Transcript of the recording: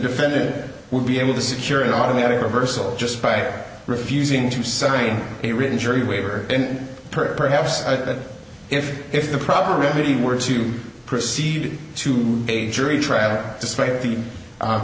defendant would be able to secure an automatic reversal just by refusing to sign a written jury waiver and per perhaps that if if the proper remedy were to proceed to a jury trial despite the